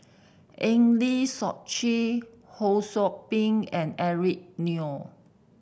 Eng Lee Seok Chee Ho Sou Ping and Eric Neo